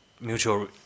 mutual